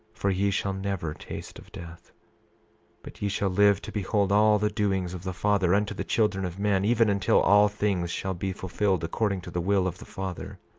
for ye shall never taste of death but ye shall live to behold all the doings of the father unto the children of men, even until all things shall be fulfilled according to the will of the father,